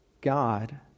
God